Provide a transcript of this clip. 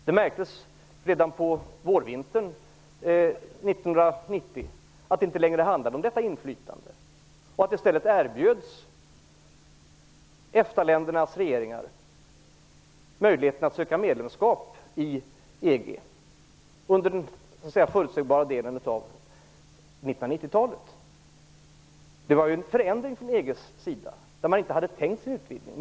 Det märktes redan på vårvintern 1990 att det inte längre handlade om detta inflytande. I stället erbjöds EFTA-ländernas regeringar möjligheten att söka medlemskap i EG under den förutsebara delen av 1990-talet. Det var en förändring från EG:s sida där man inte hade tänkt sig en utvidgning.